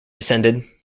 descended